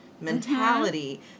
mentality